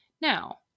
Now